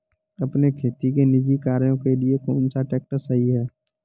अपने खेती के निजी कार्यों के लिए कौन सा ट्रैक्टर सही है?